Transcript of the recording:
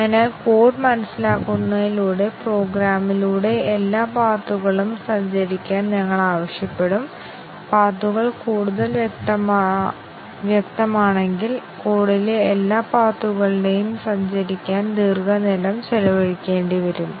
അതിനുശേഷം ഞങ്ങൾ വളരെ വലിയ ഒരു പ്രോഗ്രാം പോലും നൽകി നമുക്ക് അതിന്റെ കൺട്രോൾ ഫ്ലോ ഗ്രാഫ് വികസിപ്പിക്കാൻ കഴിയും